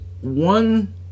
One